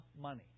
money